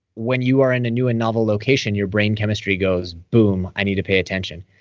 when you are in a new and novel location, your brain chemistry goes, boom, i need to pay attention,